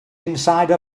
inside